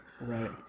Right